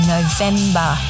November